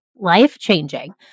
life-changing